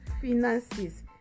finances